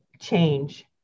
change